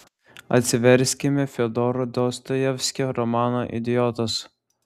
atsiverskime fiodoro dostojevskio romaną idiotas